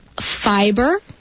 fiber